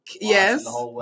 yes